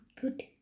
good